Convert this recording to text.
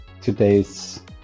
today's